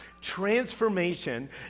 transformation